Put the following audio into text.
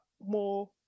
more